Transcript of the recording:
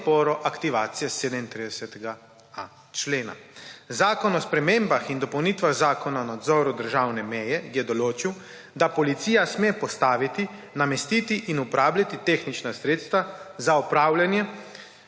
aktivacije 37.a člena. Zakon o spremembah in dopolnitvah zakona o nadzoru državne meje je določil, da policija sme postaviti, namestiti in uporabljati tehnična sredstva za opravljanje